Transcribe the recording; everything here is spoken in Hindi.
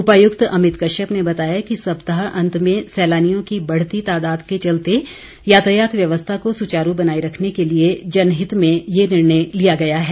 उपायुक्त अमित कश्यप ने बताया कि सप्ताह अंत में सैलानियों की बढ़ती तादाद के चलते यातायात व्यवस्था को सुचारू बनाए रखने के लिए जनहित में ये निर्णय लिया गया है